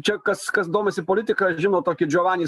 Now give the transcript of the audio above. čia kas kas domisi politika žino tokį džiovani